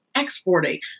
Exporting